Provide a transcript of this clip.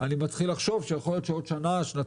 אני מתחיל לחשוב שיכול להיות שבעוד שנה-שנתיים